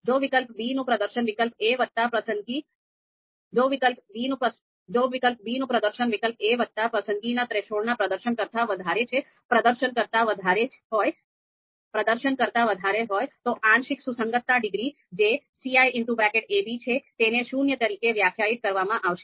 જો વિકલ્પ b નું પ્રદર્શન વિકલ્પ a વત્તા પસંદગીના થ્રેશોલ્ડના પ્રદર્શન કરતા વધારે હોય તો આંશિક સુસંગતતા ડિગ્રી જે ciab છે તેને શૂન્ય તરીકે વ્યાખ્યાયિત કરવામાં આવશે